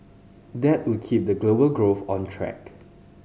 that would keep the global growth on track